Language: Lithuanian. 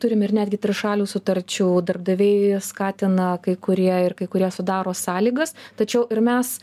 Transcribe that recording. turim ir netgi trišalių sutarčių darbdaviai skatina kai kurie ir kai kurie sudaro sąlygas tačiau ir mes